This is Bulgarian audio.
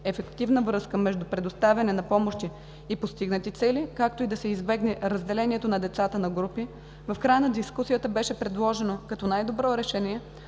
ефективна връзка между предоставяне на помощи и постигнати цели, както и да се избегне разделението на децата на групи, в края на дискусията беше предложено като най-добро решение